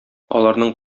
аларның